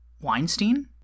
Weinstein